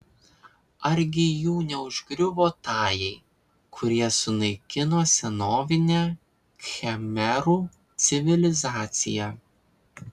argi jų neužgriuvo tajai kurie sunaikino senovinę khmerų civilizaciją